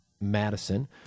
madison